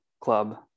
club